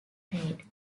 trade